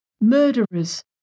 murderers